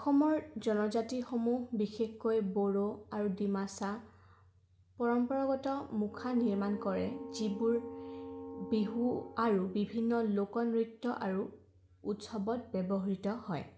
অসমৰ জনজাতিসমূহ বিশেষকৈ বড়ো আৰু ডিমাচাসকলে পৰম্পৰাগত মুখা নিৰ্মাণ কৰে যিবোৰ বিহু আৰু বিভিন্ন লোকনৃত্য আৰু উৎসৱত ব্যৱহৃত হয়